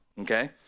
okay